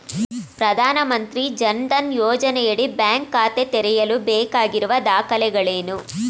ಪ್ರಧಾನಮಂತ್ರಿ ಜನ್ ಧನ್ ಯೋಜನೆಯಡಿ ಬ್ಯಾಂಕ್ ಖಾತೆ ತೆರೆಯಲು ಬೇಕಾಗಿರುವ ದಾಖಲೆಗಳೇನು?